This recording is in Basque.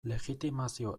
legitimazio